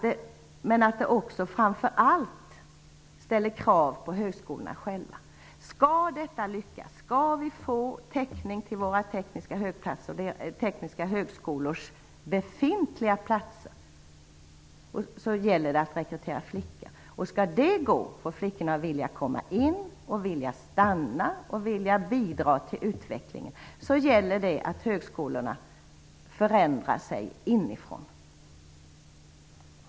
Det ställer framför allt krav på högskolorna själva. Skall detta lyckas, skall vi få täckning till våra tekniska högskolors befintliga platser gäller det att rekrytera flickor. Skall det gå, skall flickorna vilja stanna och bidra till utvecklingen gäller det att högskolorna förändrar sig inifrån.